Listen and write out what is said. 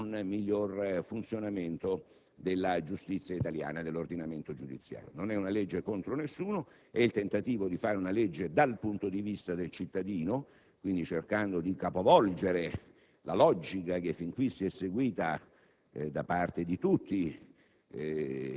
che tutti noi in Parlamento vogliamo svolgere per un miglior funzionamento della giustizia italiana e dell'ordinamento giudiziario. Questa non è una legge contro nessuno, è il tentativo di fare una legge dal punto di vista del cittadino, quindi cercando di capovolgere la logica fin qui seguita